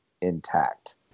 intact